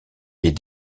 est